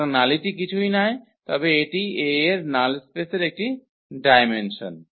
সুতরাং নালিটি কিছুই নয় তবে এটি A এর নাল স্পেসের একটি ডায়মেনসন